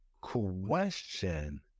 question